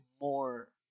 more